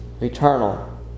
Eternal